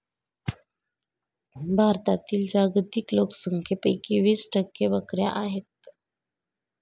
भारतातील जागतिक लोकसंख्येपैकी वीस टक्के बकऱ्या आहेत